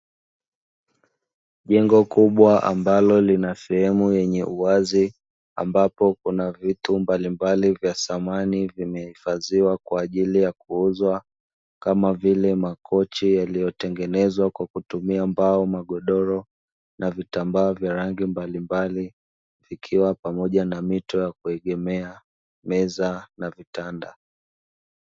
Jengo kubwa ambalo linasehemu yenye uwazi, ambapo kuna vitu mbalimbali vya samani, vimehifadhiwa kwa ajili ya kuuzwa kama vile makochi yaliyotengenezwa kwa kutumia mbao, magodoro na vitambaa vya rangi mbalimbali vikiwa pamoja na mito ya kuegemea meza na vitanda.